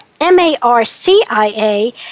M-A-R-C-I-A